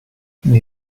nei